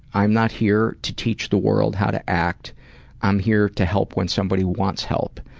i'm not here to teach the world how to act i'm here to help when somebody wants help,